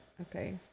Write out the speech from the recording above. Okay